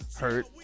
hurt